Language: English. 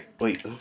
Wait